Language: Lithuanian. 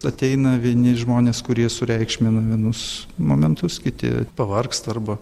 ateina vieni žmonės kurie sureikšmina vienus momentus kiti pavargsta arba